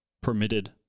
permitted